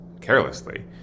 carelessly